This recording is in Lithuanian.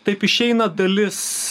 taip išeina dalis